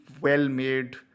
well-made